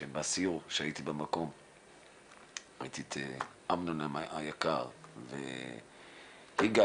בסיור שהייתי במקום ראיתי את אמנון היקר ויגאל,